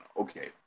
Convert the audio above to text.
Okay